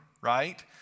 right